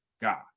God